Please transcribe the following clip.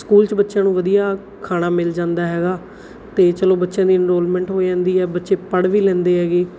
school 'ਚ ਬੱਚਿਆਂ ਨੂੰ ਵਧੀਆ ਖਾਣਾ ਮਿਲ ਜਾਂਦਾ ਹੈਗਾ ਅਤੇ ਚਲੋ ਬੱਚਿਆਂ ਦੀ ਇਨਰੋਲਮੈਂਟ ਹੋ ਜਾਂਦੀ ਹੈ ਬੱਚੇ ਪੜ੍ਹ ਵੀ ਲੈਂਦੇ ਹੈਗੇ